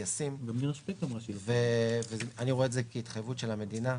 ישים, ואני רואה את זה כהתחייבות של המדינה.